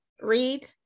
read